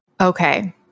Okay